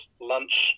lunch